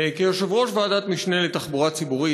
כיושב-ראש ועדת משנה לתחבורה ציבורית,